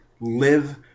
Live